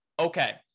okay –